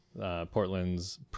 Portland's